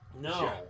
No